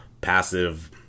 passive